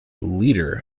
leader